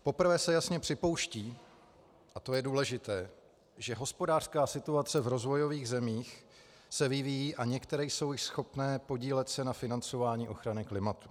Poprvé se jasně připouští, a to je důležité, že hospodářská situace v rozvojových zemích se vyvíjí a některé jsou již schopné podílet se na financování ochrany klimatu.